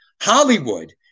Hollywood